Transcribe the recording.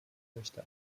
möchte